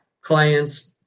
clients